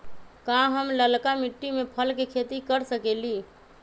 का हम लालका मिट्टी में फल के खेती कर सकेली?